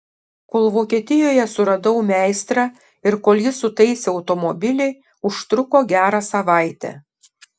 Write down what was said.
kol vokietijoje suradau meistrą ir kol jis sutaisė automobilį užtruko gerą savaitę